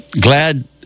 glad